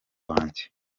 wanjye